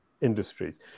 industries